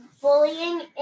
bullying